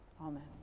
Amen